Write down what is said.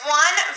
one